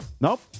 Nope